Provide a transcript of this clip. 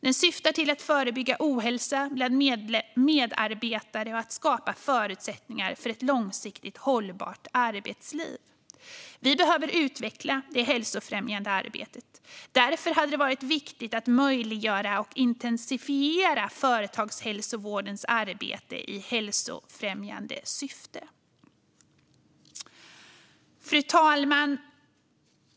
Den syftar till att förebygga ohälsa bland medarbetare och att skapa förutsättningar för ett långsiktigt hållbart arbetsliv. Vi behöver utveckla det hälsofrämjande arbetet. Därför har det varit viktigt att möjliggöra och intensifiera företagshälsovårdens arbete i hälsofrämjande syfte. Fru talman!